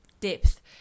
Depth